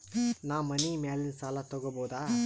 ನಾ ಮನಿ ಮ್ಯಾಲಿನ ಸಾಲ ತಗೋಬಹುದಾ?